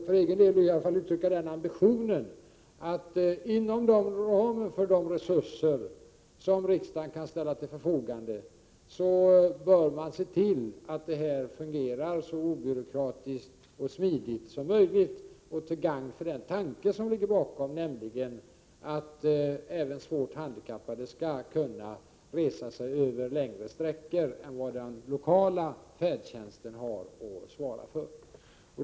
För egen del vill jag i alla fall uttrycka ambitionen att man inom ramen för de resurser som riksdagen kan ställa till förfogande bör se till att denna verksamhet fungerar så obyråkratiskt och smidigt som möjligt, och till gagn för den tanke som ligger bakom, nämligen den att även svårt handikappade skall kunna resa över längre sträckor än vad den lokala färdtjänsten har att svara för.